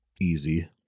easy